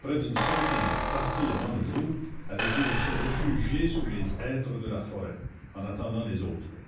près d'une centaine partis avant le jour avaient dû se réfugier sous les hêtres de la forêt en attendant les autres